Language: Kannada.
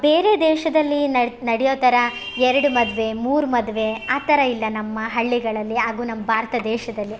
ಬೇರೆ ದೇಶದಲ್ಲಿ ನಡಿ ನಡಿಯೋತರ ಎರಡು ಮದುವೆ ಮೂರು ಮದುವೆ ಆ ಥರ ಇಲ್ಲ ನಮ್ಮ ಹಳ್ಳಿಗಳಲ್ಲಿ ಹಾಗು ನಮ್ಮ ಭಾರತ ದೇಶದಲ್ಲಿ